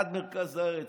עד מרכז הארץ,